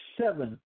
Seven